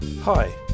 Hi